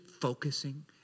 focusing